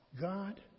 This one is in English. God